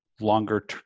longer